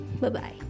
bye-bye